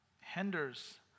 Hinders